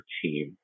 team